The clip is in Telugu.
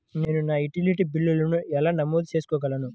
నేను నా యుటిలిటీ బిల్లులను ఎలా నమోదు చేసుకోగలను?